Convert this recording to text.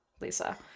Lisa